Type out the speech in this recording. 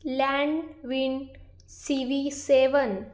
Landwind C V seven